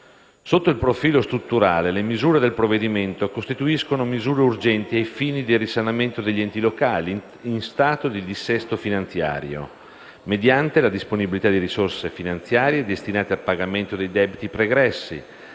Sotto il profilo strutturale, quelle del provvedimento costituiscono misure urgenti ai fini del risanamento degli enti locali in stato di dissesto finanziario, mediante la disponibilità di risorse finanziarie destinate al pagamento dei debiti pregressi,